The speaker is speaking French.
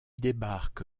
débarque